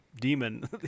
demon